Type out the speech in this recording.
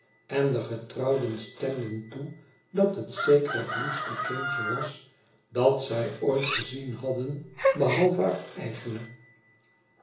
en degetrouwden stemden toe dat het zeker het liefste kindje was dat zij ooit gezien hadden behalve